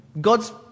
God's